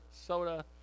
soda